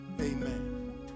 Amen